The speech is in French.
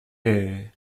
est